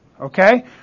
okay